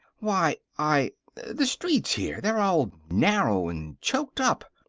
why, i the streets here, they're all narrow and choked up.